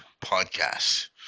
podcasts